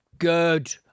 Good